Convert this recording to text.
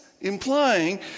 implying